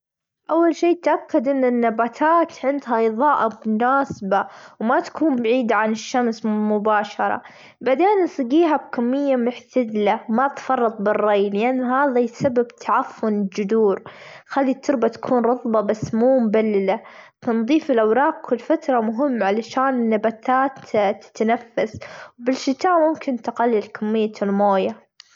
أول شي تأكد أن النباتات عندها إظاءة مناسبة، وما تكون بعيدة عن الشمس مباشرة بعدين أسجيها بكمية محتدلة ما تفرط بالري لأن هذا يسبب تعفن الجدور خلي التربة تكون رطبة بس مو مبللة تنظيف الأوراق كل فترة مهم علشان النباتات تنفس وبالشتا ممكن تقلل كمية الماية.